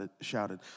shouted